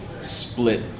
split